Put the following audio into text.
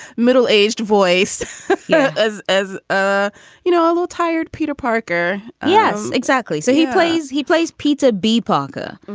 middle aged voice as as ah you know, a little tired. peter parker. yes, exactly so he plays he plays peter b parker.